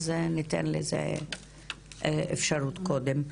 אז ניתן לזה אפשרות קודם.